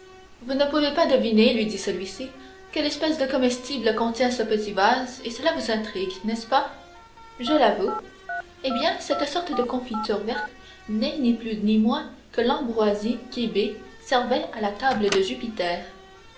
vous ne pouvez pas deviner lui dit celui-ci quelle espèce de comestible contient ce petit vase et cela vous intrigue n'est-ce pas je l'avoue eh bien cette sorte de confiture verte n'est ni plus ni moins que l'ambroisie qu'hébé servait à la table de jupiter